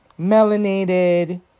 melanated